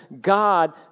God